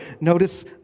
Notice